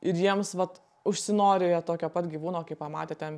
ir jiems vat užsinori jie tokio pat gyvūno kai pamatė ten